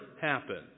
happen